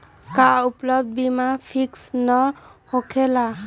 का उपलब्ध बीमा फिक्स न होकेला?